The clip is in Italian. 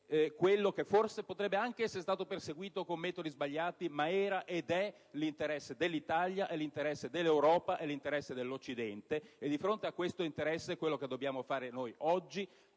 quanto, forse, potrebbe anche essere stato perseguito con metodi sbagliati era, ed è, l'interesse dell'Italia, dell'Europa e dell'Occidente. Di fronte a questo interesse, ciò che dobbiamo fare noi oggi